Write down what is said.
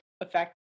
affect